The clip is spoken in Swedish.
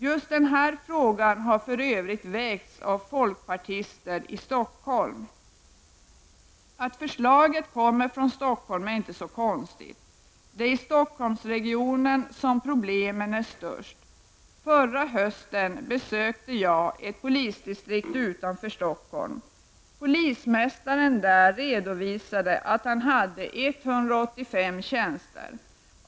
Just denna fråga har för övrigt tagits upp av folkpartister i Stockholm. Att förslaget kommer från Stockholm är inte så konstigt. Det är i Stockholmsregionen som problemen är störst. Förra hösten besökte jag ett polisdistrikt utanför Stockholm. Polismästaren där redovisade att han hade 185 tjänster.